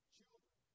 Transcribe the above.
children